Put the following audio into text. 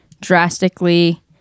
drastically